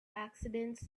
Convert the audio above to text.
accidents